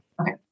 Okay